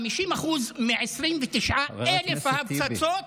50% מ-29,000 הפצצות,